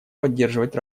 поддерживать